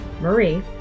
Marie